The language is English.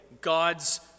God's